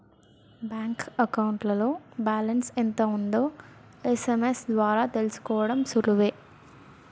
bank అకౌంట్లో balance ఎంత ఉందో ఎస్.ఎం.ఎస్ ద్వారా తెలుసుకోడం సులువే